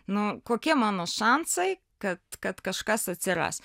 nu kokie mano šansai kad kad kažkas atsiras